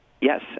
Yes